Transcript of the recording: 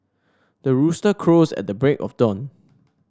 the rooster crows at the break of dawn